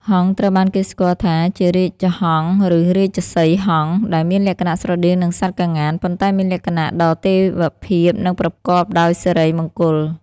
ហង្សត្រូវបានគេស្គាល់ថាជា រាជហង្ស ឬ រាជសីហ៍ហង្ស ដែលមានលក្ខណៈស្រដៀងនឹងសត្វក្ងាន ប៉ុន្តែមានលក្ខណៈដ៏ទេវភាព និងប្រកបដោយសិរីមង្គល។